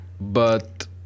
But-